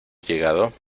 llegado